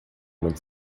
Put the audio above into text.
muito